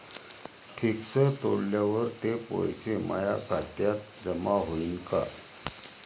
Fix तोडल्यावर ते पैसे माया खात्यात जमा होईनं का?